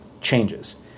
changes